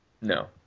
No